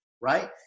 right